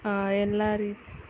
ಎಲ್ಲ ರೀತಿ